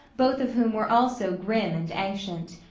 both of whom were also grim and ancient.